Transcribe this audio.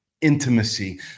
intimacy